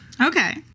Okay